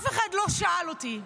אף אחד לא שאל אותי.